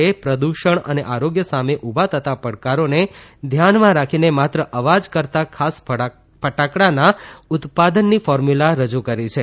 એ પ્રદૂષણ અને આરોગ્ય સામે ઉભા થતાં પડકારોને ધ્યાનમાં રાખીને માત્ર અવાજ કરતાં ખાસ ફટાકડાના ઉત્પાદનની ફોર્મુલા રજૂ કરી છે